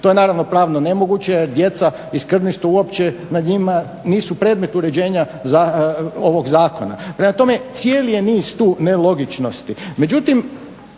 To je naravno pravno nemoguće jer djeca i skrbništvo nad njima uopće nisu predmet uređenja ovog zakona. Prema tome cijeli je niz tu nelogičnosti.